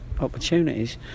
opportunities